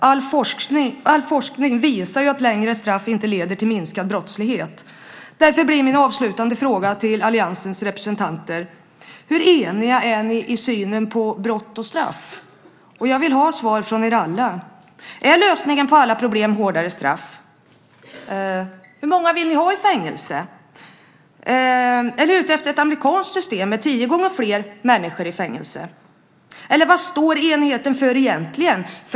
All forskning visar att längre straff inte leder till minskad brottslighet. Därför blir mina avslutande frågor till alliansens representanter: Hur eniga är ni i synen på brott och straff? Jag vill ha svar från er alla. Är lösningen på alla problem hårdare straff? Hur många vill ni ha i fängelse? Är ni ute efter ett amerikanskt system med tio gånger fler människor i fängelse? Vad står enigheten för egentligen?